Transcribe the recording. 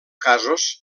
casos